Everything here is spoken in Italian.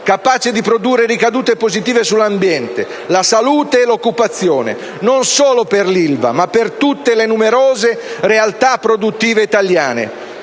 capace di produrre ricadute positive sull'ambiente, la salute e l'occupazione, non solo per l'Ilva, ma per tutte le numerose realtà produttive italiane.